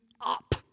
up